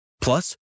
Plus